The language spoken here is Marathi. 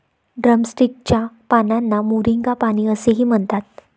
ड्रमस्टिक च्या पानांना मोरिंगा पाने असेही म्हणतात